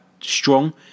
strong